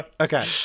okay